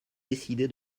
décidé